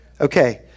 Okay